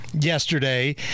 yesterday